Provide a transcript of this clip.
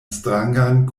strangan